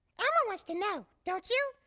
elmo wants to know, don't you?